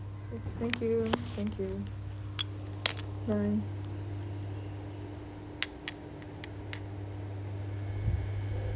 thank you thank you bye